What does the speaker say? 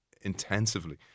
intensively